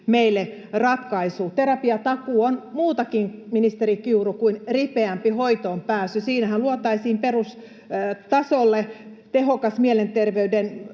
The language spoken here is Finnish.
meille ratkaisu. Terapiatakuu on muutakin, ministeri Kiuru, kuin ripeämpi hoitoon pääsy. Siinähän luotaisiin perustasolle tehokas mielenterveyden